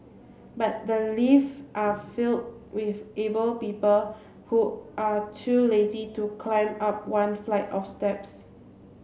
but the lifts are filled with able people who are too lazy to climb up one flight of steps